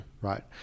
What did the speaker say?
right